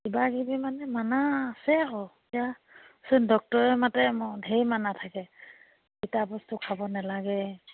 কিবাকিবি মানে মানা আছে আকৌ এতিয়াচোন ডক্তৰৰ মতে ঢেৰ মানা থাকে তিতা বস্তু খাব নালাগে